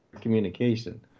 communication